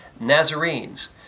Nazarenes